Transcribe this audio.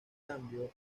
cambio